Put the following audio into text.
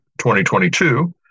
2022